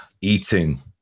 eating